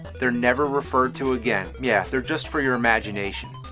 theyire never referred to again. yeah they are just for your imagination.